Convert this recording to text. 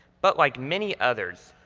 but like many others,